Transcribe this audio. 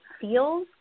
feels